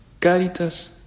Caritas